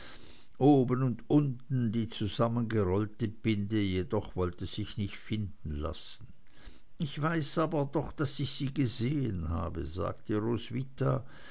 oben und unten die zusammengerollte binde jedoch wollte sich nicht finden lassen ich weiß aber doch daß ich sie gesehen habe sagte roswitha